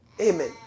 Amen